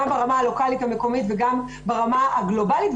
ברמה הלוקאלית המקומית וגם ברמה הגלובאלית.